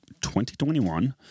2021